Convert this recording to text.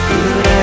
Good